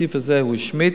ובסעיף הזה הוא השמיט.